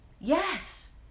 Yes